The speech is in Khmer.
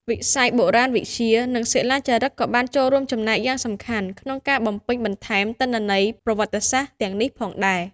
វិស័យបុរាណវិទ្យា និងសិលាចារឹកក៏បានចូលរួមចំណែកយ៉ាងសំខាន់ក្នុងការបំពេញបន្ថែមទិន្នន័យប្រវត្តិសាស្ត្រទាំងនេះផងដែរ។